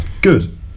Good